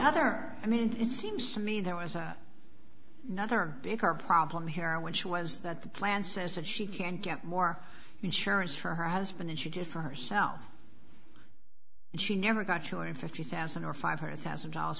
other i mean it seems to me there was a nother bigger problem here which was that the plan says that she can't get more insurance for her husband she just for herself and she never got sure in fifty thousand or five hundred thousand dollars